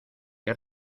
qué